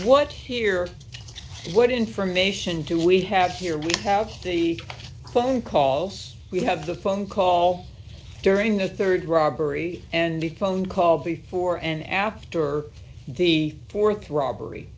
what here what information do we have here we have the phone calls we have the phone call during the rd robbery and the phone call before and after the th robbery